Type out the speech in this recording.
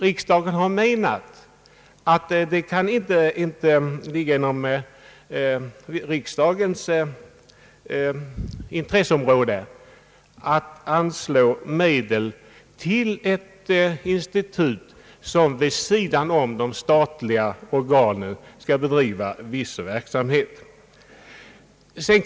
Riksdagen har menat att det inte kan ligga inom dess intresseområde att anslå medel till ett institut som bedriver viss verksamhet vid sidan om de statliga organen.